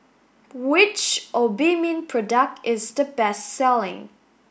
which Obimin product is the best selling